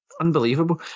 unbelievable